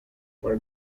where